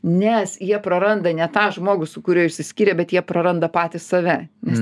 nes jie praranda ne tą žmogų su kuriuo išsiskyrė bet jie praranda patys save nes